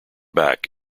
back